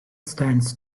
stands